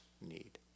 need